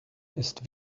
ist